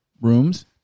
rooms